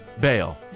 bail